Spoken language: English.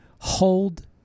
hold